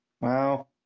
Wow